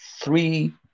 three